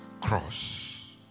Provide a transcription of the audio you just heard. cross